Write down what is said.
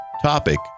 topic